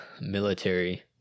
military